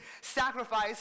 sacrifice